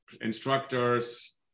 instructors